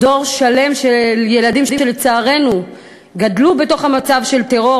דור שלם של ילדים שלצערנו גדלו בתוך מצב של טרור